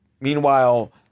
Meanwhile